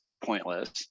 pointless